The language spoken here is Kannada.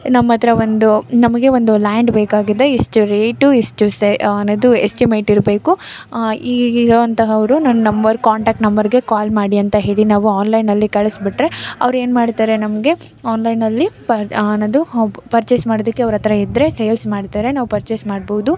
ನಮ್ಮ ಹತ್ರ ಒಂದು ನಮಗೆ ಒಂದು ಲ್ಯಾಂಡ್ ಬೇಕಾಗಿದೆ ಎಷ್ಟು ರೇಟು ಎಷ್ಟು ಸೇ ಅನ್ನೋದು ಎಸ್ಟಿಮೇಟ್ ಇರಬೇಕು ಈಗಿರೋ ಅಂತಹವರು ನನ್ನ ನಂಬರ್ ಕಾಂಟ್ಯಾಕ್ಟ್ ನಂಬರ್ಗೆ ಕಾಲ್ ಮಾಡಿ ಅಂತ ಹೇಳಿ ನಾವು ಆನ್ಲೈನಲ್ಲಿ ಕಳಿಸಿಬಿಟ್ರೆ ಅವ್ರು ಏನು ಮಾಡ್ತಾರೆ ನಮಗೆ ಆನ್ಲೈನಲ್ಲಿ ಪರ್ ಆನದು ಅಬ್ ಪರ್ಚೇಸ್ ಮಾಡೋದಕ್ಕೆ ಅವ್ರ ಹತ್ರ ಇದ್ದರೆ ಸೇಲ್ಸ್ ಮಾಡ್ತಾರೆ ನಾವು ಪರ್ಚೇಸ್ ಮಾಡ್ಬೌದು